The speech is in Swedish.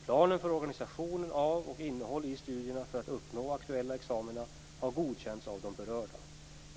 Planen för organisation av och innehåll i studierna för att uppnå aktuella examina har godkänts av de berörda.